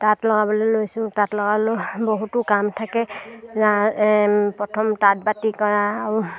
তাঁত লগাবলে লৈছোঁ তাঁত লগাবলৈ বহুতো কাম থাকে প্ৰথম তাঁত বাতি কৰা আৰু